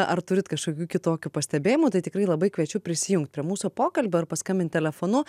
ar turit kažkokių kitokių pastebėjimų tikrai labai kviečiu prisijungt prie mūsų pokalbio ar paskambint telefonu